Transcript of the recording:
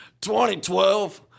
2012